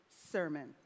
sermon